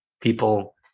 people